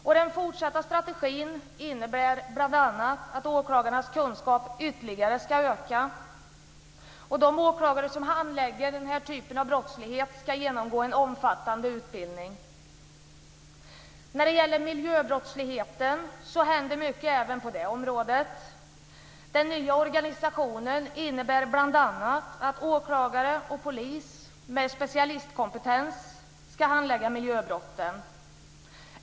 Och den fortsatta strategin innebär bl.a. att åklagarnas kunskap ska öka ytterligare. De åklagare som handlägger den här typen av brottslighet ska genomgå en omfattande utbildning. Det händer även mycket på miljöbrottslighetens område. Den nya organisationen innebär bl.a. att åklagare och polis med specialistkompetens ska handlägga miljöbrotten.